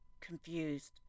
confused